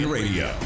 Radio